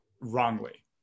wrongly